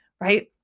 right